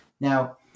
Now